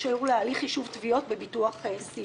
כי בעיניי היוזמות והדברים שאתה מציג כבודם במקומם מונח.